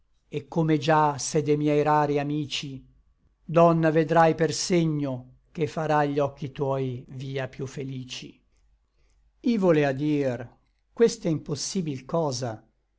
et come già se de miei rari amici donna vedrai per segno che farà gli occhi tuoi via piú felici i volea dir quest'è impossibil cosa